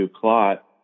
clot